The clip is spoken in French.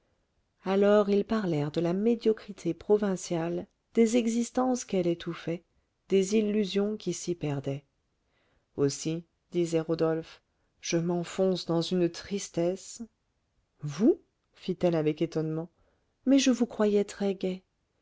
alors ils parlèrent de la médiocrité provinciale des existences qu'elle étouffait des illusions qui s'y perdaient aussi disait rodolphe je m'enfonce dans une tristesse vous fit-elle avec étonnement mais je vous croyais très gai